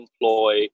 employ